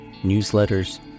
newsletters